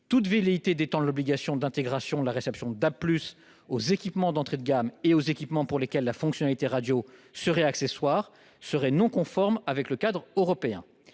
Toute velléité d'étendre l'obligation d'intégration de la réception DAB+ aux équipements d'entrée de gamme et aux équipements pour lesquels la fonctionnalité radio est accessoire serait non conforme avec le cadre européen.